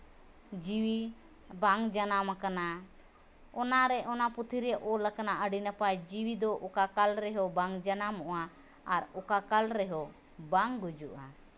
ᱡᱤᱣᱤ ᱵᱟᱝ ᱡᱟᱱᱟᱢ ᱠᱟᱱᱟ ᱚᱱᱟᱨᱮ ᱚᱱᱟ ᱯᱩᱛᱷᱤ ᱨᱮ ᱚᱞ ᱟᱠᱟᱱᱟ ᱟᱹᱰᱤ ᱱᱟᱯᱟᱭ ᱡᱤᱣᱤ ᱫᱚ ᱚᱠᱟ ᱠᱟᱞ ᱨᱮᱦᱚᱸ ᱵᱟᱝ ᱡᱟᱱᱟᱢᱚᱜᱼᱟ ᱟᱨ ᱚᱠᱟ ᱠᱟᱞ ᱨᱮᱦᱚᱸ ᱵᱟᱝ ᱜᱩᱡᱩᱜᱼᱟ